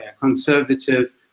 conservative